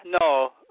no